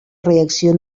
reacció